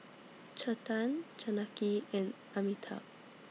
Chetan Janaki and Amitabh